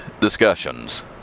discussions